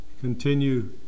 continue